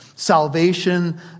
Salvation